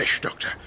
Doctor